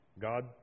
God